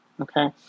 Okay